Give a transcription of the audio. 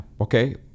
okay